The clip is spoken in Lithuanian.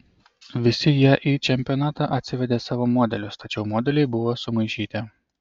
visi jie į čempionatą atsivedė savo modelius tačiau modeliai buvo sumaišyti